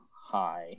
hi